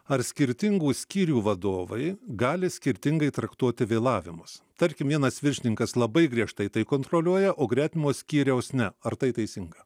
ar skirtingų skyrių vadovai gali skirtingai traktuoti vėlavimus tarkim vienas viršininkas labai griežtai tai kontroliuoja o gretimo skyriaus ne ar tai teisinga